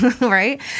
Right